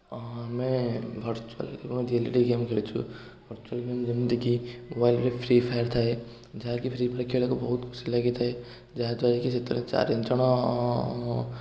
ଆମେ ଭରଚୁଆଲ୍ ଏବଂ reality game ଖେଳିଛୁ ଭରଚୁଆଲ୍ ଗେମ୍ ଯେମିତି କି ୱାଇପରେ ଫ୍ରୀଫେୟାର୍ ଥାଏ ଯାହାକି ଫ୍ରୀଫେୟାର୍ ଖେଳବା ପାଇଁ ବହୁତ ଖୁସି ଲାଗିଥାଏ ଯାହା ଦ୍ୱାରାକି ସେଥିରେ ଚାରିଜଣ